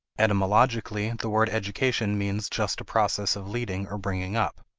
etymologically, the word education means just a process of leading or bringing up.